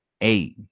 eight